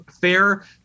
fair